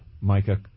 Micah